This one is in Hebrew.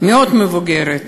מאוד מבוגרת,